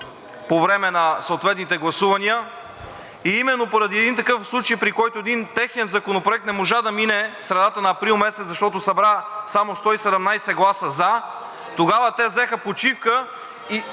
по време на съответните гласувания. Именно поради един такъв случай, при който един техен законопроект не можа да мине в средата на месец април, защото събра само 117 гласа за, тогава те взеха почивка и